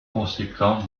conséquent